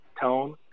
tone